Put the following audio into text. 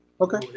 Okay